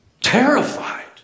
Terrified